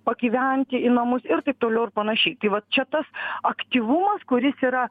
pagyventi į namus ir taip toliau ir panašiai tai va čia tas aktyvumas kuris yra